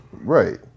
Right